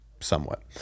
somewhat